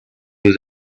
with